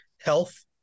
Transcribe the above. health